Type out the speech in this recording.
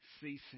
ceasing